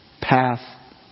path